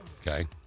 okay